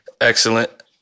Excellent